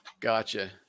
Gotcha